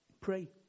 pray